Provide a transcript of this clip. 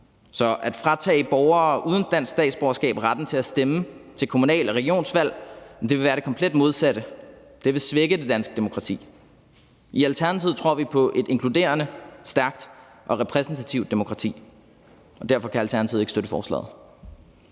Så at fratage borgere uden dansk statsborgerskab retten til at stemme til kommunal- og regionsvalg vil være det komplet modsatte: Det vil svække det danske demokrati. I Alternativet tror vi på et inkluderende, stærkt og repræsentativt demokrati, og derfor kan Alternativet ikke støtte forslaget.